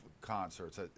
concerts